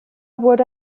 wurde